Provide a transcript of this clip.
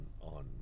on